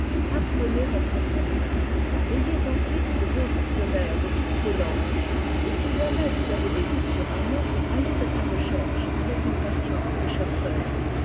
apprenez votre alphabet grec ayez ensuite de bons dictionnaires de toutes ces langues et si jamais vous avezdes doutes sur un mot allez à sarechercheavec une patience de chasseur